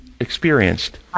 experienced